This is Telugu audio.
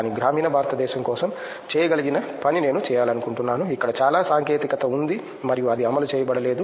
కానీ గ్రామీణ భారతదేశం కోసం చేయగలిగిన పని నేను చేయాలనుకుంటున్నాను ఇక్కడ చాలా సాంకేతికత ఉంది మరియు అది అమలు చేయబడలేదు